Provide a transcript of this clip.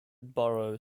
borough